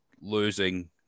losing